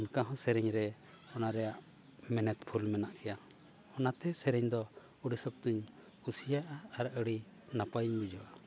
ᱚᱱᱠᱟ ᱦᱚᱸ ᱥᱮᱨᱮᱧ ᱨᱮ ᱚᱱᱟ ᱨᱮᱭᱟᱜ ᱢᱮᱱᱮᱫ ᱯᱷᱩᱞ ᱢᱮᱱᱟᱜ ᱜᱮᱭᱟ ᱚᱱᱟᱛᱮ ᱥᱮᱨᱮᱧ ᱫᱚ ᱟᱹᱰᱤ ᱥᱚᱠᱛᱚᱧ ᱠᱩᱥᱤᱭᱟᱜᱼᱟ ᱟᱨ ᱟᱹᱰᱤ ᱱᱟᱯᱟᱭᱤᱧ ᱵᱩᱡᱷᱟᱹᱣᱟ